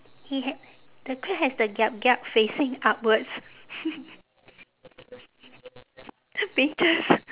he h~ the crab has the kiap kiap facing upwards pincers